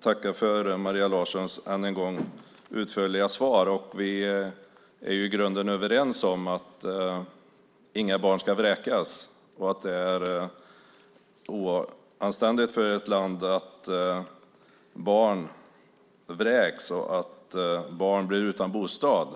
tackar än en gång för Maria Larssons utförliga svar. Vi är i grunden överens om att inga barn ska vräkas och att det är oanständigt för ett land att barn vräks och blir utan bostad.